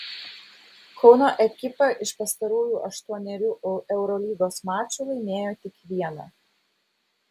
kauno ekipa iš pastarųjų aštuonerių eurolygos mačų laimėjo tik vieną